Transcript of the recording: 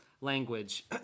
language